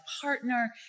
partner